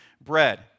bread